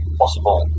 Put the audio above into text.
possible